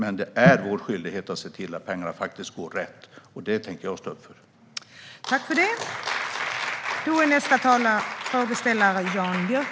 Men det är vår skyldighet att se till att pengarna hamnar rätt, och det tänker jag stå upp för.